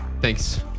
Thanks